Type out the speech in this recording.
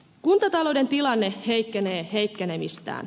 kuntatalouden tilanne heikkenee heikkenemistään